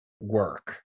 work